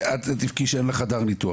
את תבכי שאין לך חדר ניתוח,